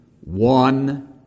one